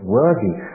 worthy